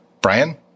Brian